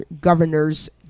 governors